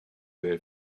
their